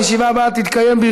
הישיבה הבאה תתקיים,